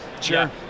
Sure